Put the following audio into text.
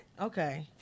Okay